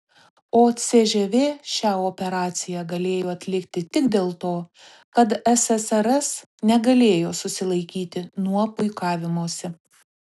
o cžv šią operaciją galėjo atlikti tik dėl to kad ssrs negalėjo susilaikyti nuo puikavimosi